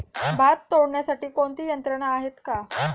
भात तोडण्यासाठी कोणती यंत्रणा आहेत का?